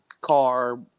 car